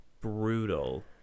Brutal